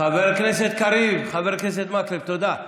חבר הכסת קריב, חבר הכנסת מקלב, תודה.